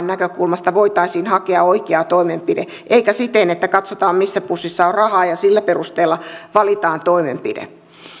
näkökulmasta voitaisiin hakea oikea toimenpide eikä olisi siten että katsotaan missä pussissa on rahaa ja sillä perusteella valitaan toimenpide